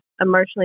emotionally